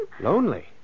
Lonely